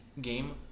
game